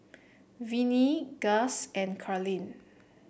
Venie Guss and Carleen